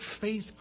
faith